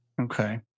Okay